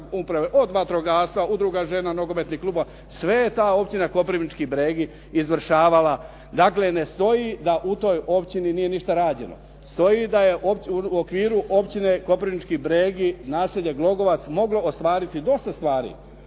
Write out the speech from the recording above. od vatrogasaca, udruga žena, nogometnog kluba, sve je ta općina Koprivnički Bregi izvršavala. Dakle, ne stoji da u toj općini nije ništa rađeno. Stoji da je u okviru općine Koprivnički Bregi naselje Glogovac moglo ostvariti dosta stvari.